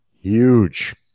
huge